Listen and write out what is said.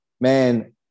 Man